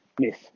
miss